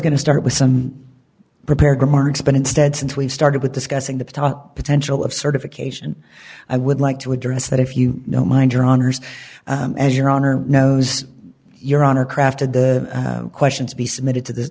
going to start with some prepared remarks but instead since we started with discussing the potential of certification i would like to address that if you know mind your honour's as your honor knows your honor crafted the questions to be submitted to the